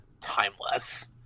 timeless